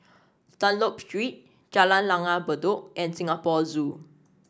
Dunlop Street Jalan Langgar Bedok and Singapore Zoo